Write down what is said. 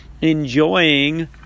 enjoying